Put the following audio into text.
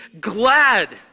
glad